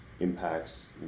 Impacts